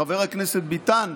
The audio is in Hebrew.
שחבר הכנסת ביטן,